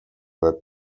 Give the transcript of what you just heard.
were